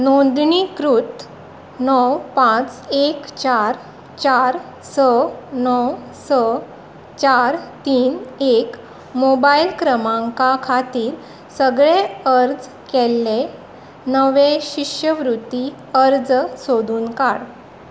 नोंदणीकृत णव पाच एक चार चार स णव स चार तीन एक मोबायल क्रमांका खातीर सगळे अर्ज केल्ले नवें शिश्यवृत्ती अर्ज सोदून काड